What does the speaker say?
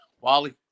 Wally